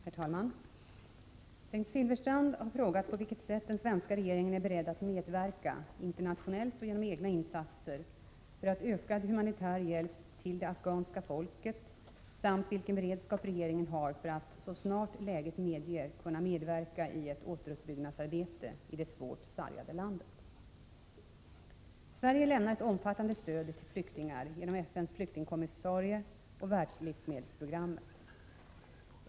Herr talman! Bengt Silfverstrand har frågat på vilket sätt den svenska regeringen är beredd att medverka internationellt och genom egna insatser för ökad humanitär hjälp till det afghanska folket samt vilken beredskap regeringen har för att så snart läget medger kunna medverka i ett återuppbyggnadsarbete i det svårt sargade landet. Sverige lämnar ett omfattande stöd till flyktingar genom FN:s flyktingkommissarie och Världslivsmedelsprogrammet.